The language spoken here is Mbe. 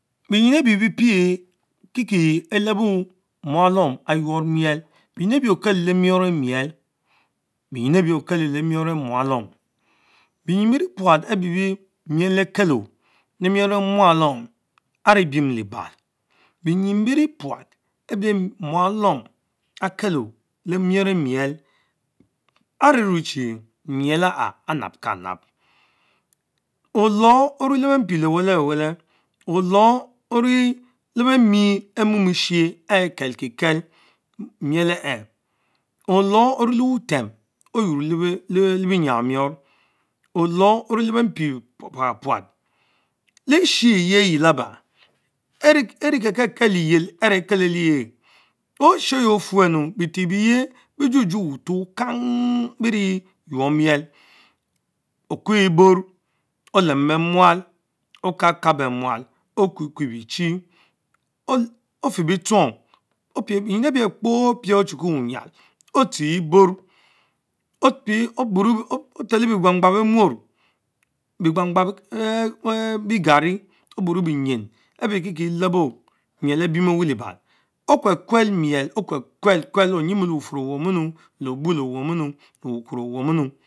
Benyin ehh bie kie kie elebor mualom ayuor miel; bemjon ebie okelo le mior ehh miel, bengin ebie okelo le mior enh mualom; beyin be prat ebie miel akelo le mior emuatan ane biem lebal benyin berie puat ebie mualom akelo Lemior ehh miel arée ruch chie miel aha anabkanab, olor ovee le pie le Wellch le welleh Olor orie le beh mie mom eshie ehh kelkie kep miel enh, olor orie le wutem oyuan le bie Nyamemior olor orie le benpie pus-pus punt, lee sine expen eyle laba erie ke- kekel Leyel avech eketetch, le ishie eyeh Afueru, butch ebeye kee dzun dzun utuch kang berie yuour miel, Dikue ebon olem beh must Akakabeh mual Okukue bichie offer bitchong benyjn ebich kpo Dple Ocinke wuyal, Otshch Eborr, otelo biegbangbang beh mior, biegbangbang bie garmi Obune benzin ebie kiekie elebor miel abiem much lebal, Okyekuel muel, okurkne kuel onyimonllbufur owominu, leh bued owowienu leh bukuro Owomienuu.